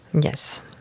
Yes